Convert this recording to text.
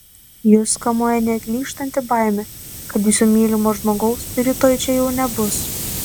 jus kamuoja neatlyžtanti baimė kad jūsų mylimo žmogaus rytoj čia jau nebus